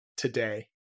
Today